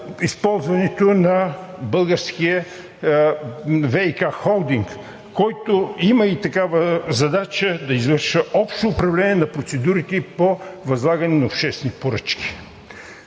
използването на Българския ВиК холдинг, който има и такава задача да извършва общо управление на процедурите по възлагане на обществени поръчки.